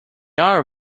are